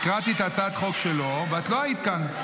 הקראתי את הצעת החוק שלו ואת לא היית כאן.